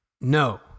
No